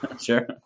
sure